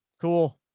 Cool